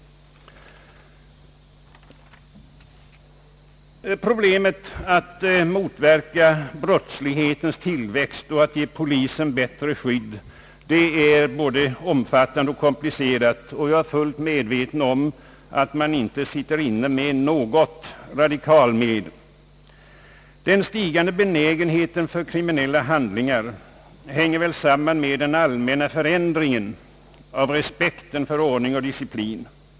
Problemet att motverka brottslighetens tillväxt och att ge polisen bättre skydd är både omfattande och komplicerat, och jag är fullt medveten om att det inte finns något radikalmedel på detta område. Den stigande benägenheten för kriminella handlingar hänger väl samman med den allmänna förändringen av respekten för ordning och disciplin.